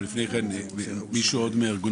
אבל לפני כן עוד מישהו מארגון